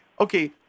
okay